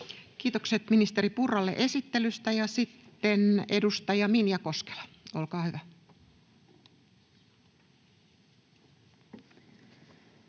Kiitokset ministeri Purralle esittelystä. — Sitten edustaja Minja Koskela, olkaa hyvä.